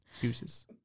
Deuces